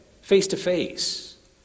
face-to-face